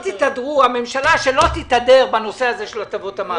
אני מציע שהממשלה לא תתהדר בנושא הזה של הטבות המס.